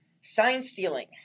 sign-stealing